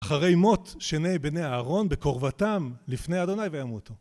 אחרי מות שני בני אהרון בקרבתם לפני ה' וימותו.